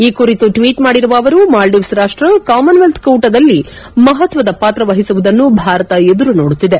ಈ ಕುರಿತು ಟ್ವೀಟ್ ಮಾಡಿರುವ ಅವರು ಮಾಲ್ಡೀವ್ಸ್ ರಾಷ್ಟ ಕಾಮನ್ವೆಲ್ತ್ ಕೂಟದಲ್ಲಿ ಮಹತ್ವದ ಪಾತ್ರ ವಹಿಸುವುದನ್ನು ಭಾರತ ಎದುರು ನೋಡುತ್ತಿದೆ